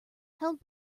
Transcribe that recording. held